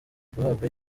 guhabwa